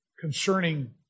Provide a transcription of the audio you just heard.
concerning